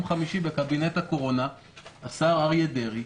חמישי בקבינט הקורונה השר אריה דרעי,